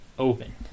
open